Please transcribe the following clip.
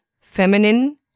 feminine